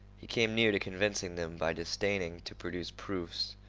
he came near to convincing them by disdaining to produce proofs.